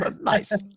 nice